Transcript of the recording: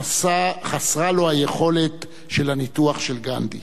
חסרה לו יכולת הניתוח של גנדי.